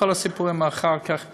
כל הסיפורים אחר כך זה,